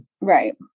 Right